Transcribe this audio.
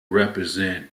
represent